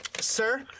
sir